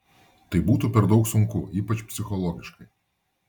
tai būtų per daug sunku ypač psichologiškai